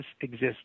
exists